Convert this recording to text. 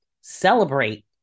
celebrate